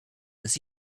des